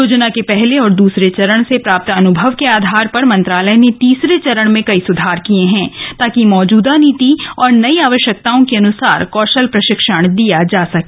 योजना के पहले और दसरे चरण से प्राप्त अनुभव के आधार पर मंत्रालय ने तीसरे चरण में कई सुधार किये हैं ताकि मौजूदा नीति और नई आवश्यकताओं के अनुसार कौशल प्रशिक्षण दिया जा सके